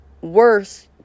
worse